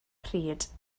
pryd